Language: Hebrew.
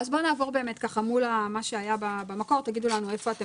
בוא נעבור מול מה שהיה במקור ותגידו לנו איפה אתם